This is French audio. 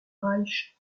reich